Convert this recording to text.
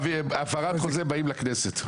הפרת חוזה באים לכנסת.